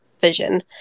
vision